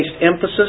emphasis